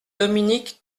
dominique